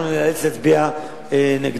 אנחנו ניאלץ להצביע נגדה.